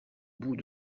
bout